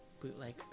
Bootleg